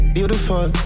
Beautiful